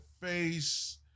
face